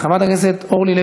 חבר הכנסת עפר שלח,